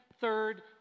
third